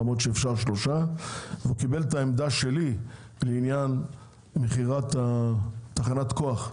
למרות שאפשר 3%. שר האוצר קיבל את העמדה שלי בעניין מכירת תחנת הכוח: